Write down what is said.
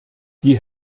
die